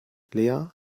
lea